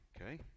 Okay